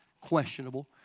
questionable